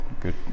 Good